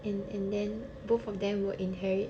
and and then both of them will inherit